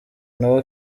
nawe